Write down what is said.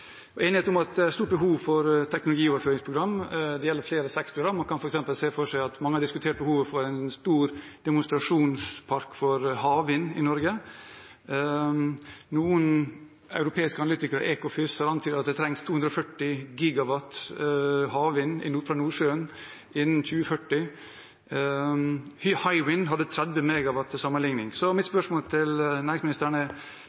var enighet om at det er et stort behov for teknologioverføringsprogram. Det gjelder flere sektorer. Man kan f.eks. se for seg, som mange har diskutert, behovet for en stor demonstrasjonspark for havvind i Norge. Noen europeiske analytikere, som Ecofys, har antydet at det trengs 240 GW havvind fra Nordsjøen innen 2040. Hywind hadde 30 MW, til sammenligning. Så mitt spørsmål til næringsministeren er: